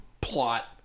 plot